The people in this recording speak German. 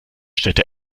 städte